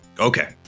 Okay